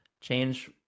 change